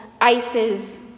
ices